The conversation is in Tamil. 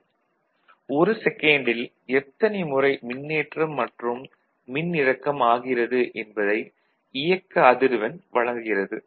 1 செகண்டில் எத்தனை முறை மின்னேற்றம் மற்றும் மின்னிறக்கம் ஆகிறது என்பதை இயக்க அதிர்வெண் வழங்குகிறது